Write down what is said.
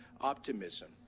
optimism